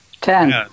ten